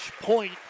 point